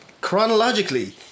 chronologically